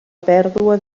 pèrdua